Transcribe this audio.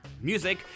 music